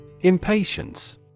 Impatience